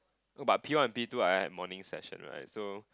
no P one and P two I had morning session right so